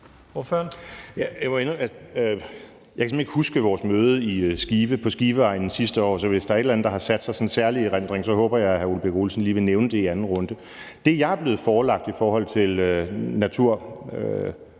jeg simpelt hen ikke kan huske mødet sidste år, så hvis der er et eller andet, der har sat sig særligt i erindringen, håber jeg, at hr. Ole Birk Olesen lige vil nævne det i anden runde. Det, jeg er blevet forelagt i forhold til naturparkerne